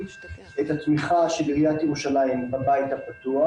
את התמיכה של עיריית ירושלים בבית הפתוח,